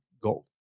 gold